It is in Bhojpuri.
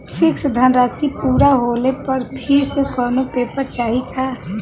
फिक्स धनराशी पूरा होले पर फिर से कौनो पेपर चाही का?